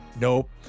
Nope